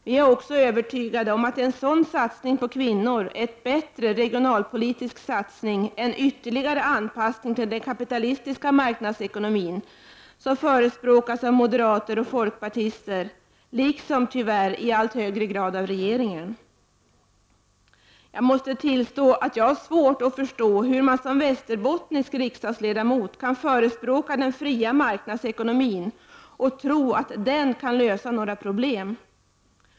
Vi är också övertygade om att en sådan satsning på kvinnor är en bättre regionalpolitisk satsning än ytterligare anpassning till den kapitalistiska marknadsekonomin, som förespråkas av moderater och folkpartister, liksom tyvärr i allt högre grad av regeringen. Jag måste tillstå att jag har svårt att förstå hur man som västerbottnisk riksdagsledamot kan förespråka den fria marknadsekonomin och tro att den kan lösa några problem.